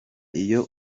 iyo